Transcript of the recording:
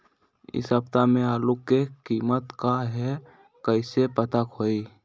इ सप्ताह में आलू के कीमत का है कईसे पता होई?